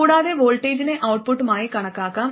കൂടാതെ വോൾട്ടേജിനെ ഔട്ട്പുട്ടായി കണക്കാക്കാം